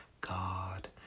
God